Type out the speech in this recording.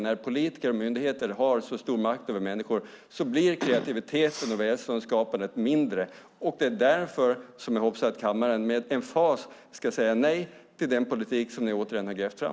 När politiker och myndigheter har så stor makt över människor blir kreativiteten och välståndsskapandet mindre. Det är därför som jag hoppas att kammaren med emfas ska säga nej till den politik som ni återigen har grävt fram.